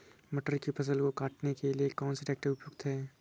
मटर की फसल को काटने के लिए कौन सा ट्रैक्टर उपयुक्त है?